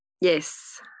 Yes